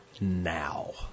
now